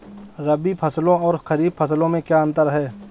रबी फसलों और खरीफ फसलों में क्या अंतर है?